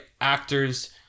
actors